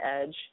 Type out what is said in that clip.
edge